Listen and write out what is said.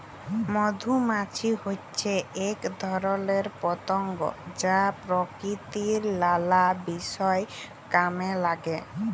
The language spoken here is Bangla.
মধুমাছি হচ্যে এক ধরণের পতঙ্গ যা প্রকৃতির লালা বিষয় কামে লাগে